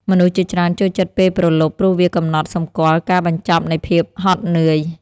មនុស្សជាច្រើនចូលចិត្តពេលព្រលប់ ព្រោះវាកំណត់សម្គាល់ការបញ្ចប់នៃភាពហត់នឿយ។